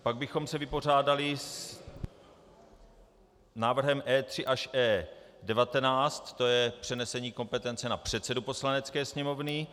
Pak bychom se vypořádali s návrhem E3 až E19, tj. přenesení kompetence na předsedu Poslanecké sněmovny.